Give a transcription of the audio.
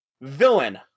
Villain